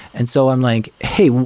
and so i'm like, hey,